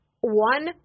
One